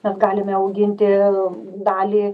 mes galime auginti dalį